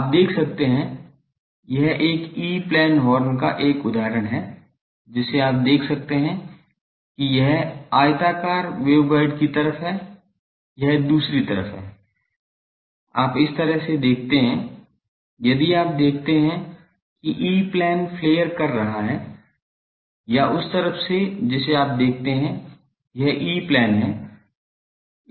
आप देख सकते हैं यह एक ई प्लेन हॉर्न का एक उदाहरण है जिसे आप देख सकते हैं कि यह आयताकार वेवगाइड की तरफ है यह दूसरी तरफ है आप इस तरफ से देखते हैं यदि आप देखते हैं कि ई प्लेन फ्लेयर कर रहा है या उस तरफ से जिसे आप देखते हैं यह ई प्लेन है